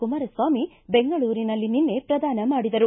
ಕುಮಾರಸ್ವಾಮಿ ಬೆಂಗಳೂರಿನಲ್ಲಿ ನಿನ್ನೆ ಪ್ರದಾನ ಮಾಡಿದರು